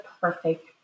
perfect